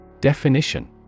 Definition